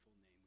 name